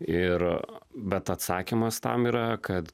ir bet atsakymas tam yra kad